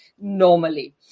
normally